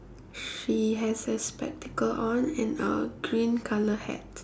she has a spectacle on and a green colour hat